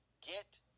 get